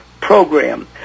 program